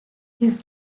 his